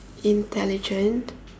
intelligent